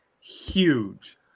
huge